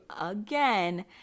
again